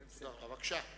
בבקשה.